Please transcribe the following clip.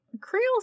Creole